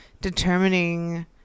determining